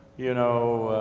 you know,